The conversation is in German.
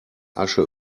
asche